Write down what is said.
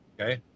okay